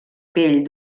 pell